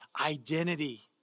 identity